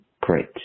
great